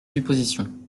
suppositions